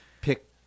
pick